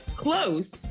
Close